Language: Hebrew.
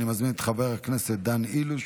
אני מזמין את חבר הכנסת דן אילוז,